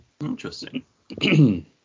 Interesting